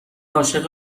عاشق